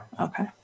Okay